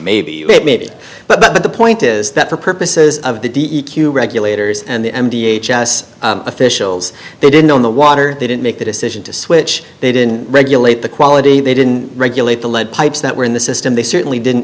was maybe maybe but the point is that for purposes of the d e q regulators and the m d h s officials they didn't own the water they didn't make the decision to switch they didn't regulate the quality they didn't regulate the lead pipes that were in the system they certainly didn't